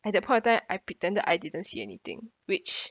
at that point there I pretended that I didn't see anything which